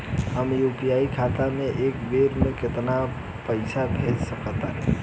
हम यू.पी.आई खाता से एक बेर म केतना पइसा भेज सकऽ तानि?